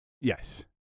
yes